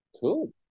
Cool